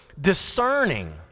discerning